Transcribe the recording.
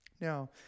Now